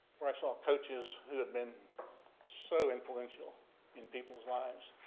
where i saw coaches who have been so influential in people's lives.